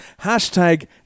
hashtag